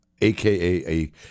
AKA